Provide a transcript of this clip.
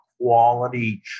quality